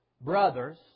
brothers